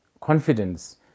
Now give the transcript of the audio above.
confidence